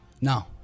No